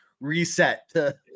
reset